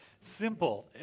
simple